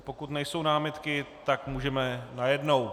Pokud nejsou námitky, tak můžeme najednou.